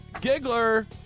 Giggler